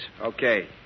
Okay